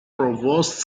provost